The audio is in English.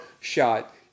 shot